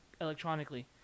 electronically